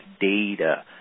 data